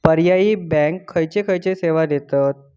पर्यायी बँका खयचे खयचे सेवा देतत?